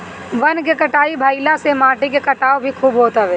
वन के कटाई भाइला से माटी के कटाव भी खूब होत हवे